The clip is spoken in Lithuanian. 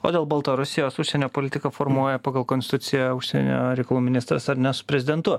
o dėl baltarusijos užsienio politiką formuoja pagal konstituciją užsienio reikalų ministras ar ne su prezidentu